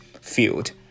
field